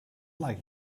like